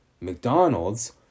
McDonald's